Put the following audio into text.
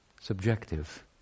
subjective